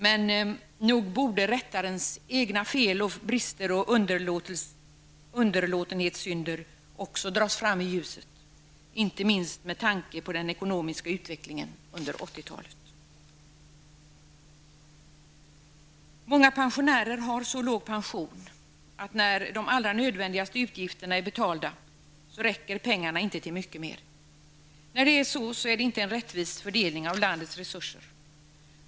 Men nog borde rättarens egna fel, brister och underlåtenhetssynder också dras fram i ljuset, inte minst med tanke på den ekonomiska utvecklingen under 80-talet. Många pensionärer har så låg pension, att när de allra nödvändigaste utgifterna är betalda räcker pengarna inte till mycket mer. Detta är inte en rättvis fördelning av landets resurser.